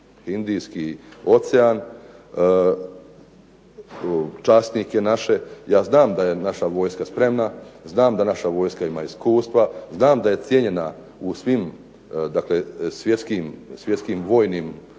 Indijski ocean, časnike naše. Ja znam da je naša vojska spremna, znam da naša vojska ima iskustva, znam da je cijenjena u svim svjetskim vojnim,